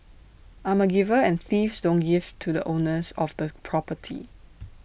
I'm A giver and thieves don't give to the owners of the property